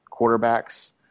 quarterbacks